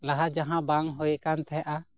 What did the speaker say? ᱞᱟᱦᱟ ᱡᱟᱦᱟᱸ ᱵᱟᱝ ᱦᱩᱭ ᱟᱠᱟᱱ ᱛᱟᱦᱮᱸᱫᱼᱟ